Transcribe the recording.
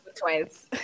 twice